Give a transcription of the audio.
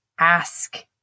ask